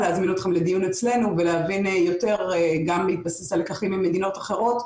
להזמין אתכם לדיון אצלנו ולהבין יותר גם בהתבסס על לקחים ממדינות אחרות,